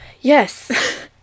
Yes